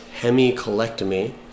hemicolectomy